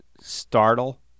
startle